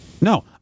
No